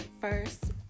first